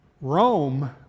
Rome